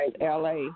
LA